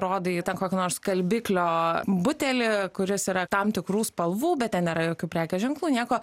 rodai ten kokio nors skalbiklio butelį kuris yra tam tikrų spalvų bet ten nėra jokių prekės ženklų nieko